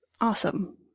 Awesome